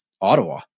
Ottawa